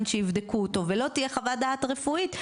שיבדקו אותו ולא תהיה חוות דעת רפואית,